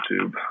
YouTube